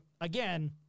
again